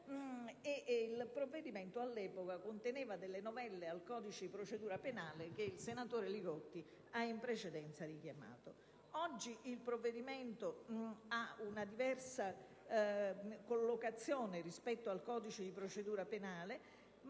Il provvedimento dell'epoca conteneva alcune novelle al codice di procedura penale, che il senatore Li Gotti ha in precedenza richiamato; il provvedimento attuale ha una diversa collocazione rispetto al codice di procedura penale,